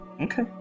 Okay